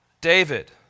David